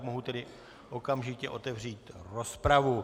Mohu tedy okamžitě otevřít rozpravu.